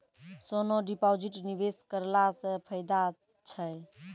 सोना deposit निवेश करला से फैदा छै?